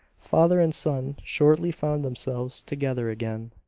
father and son shortly found themselves together again.